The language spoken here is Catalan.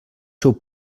seu